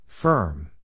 Firm